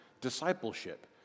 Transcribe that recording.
discipleship